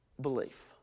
belief